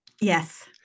Yes